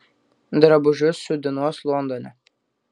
drabužius siūdinuos londone